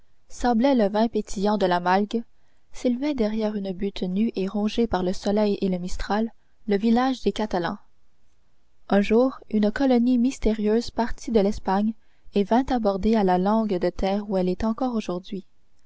sablaient le vin pétillant de la malgue s'élevait derrière une butte nue et rongée par le soleil et le mistral le village des catalans un jour une colonie mystérieuse partit de l'espagne et vint aborder à la langue de terre où elle est encore aujourd'hui